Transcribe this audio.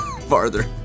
farther